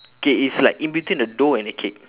okay it's like in between a dough and a cake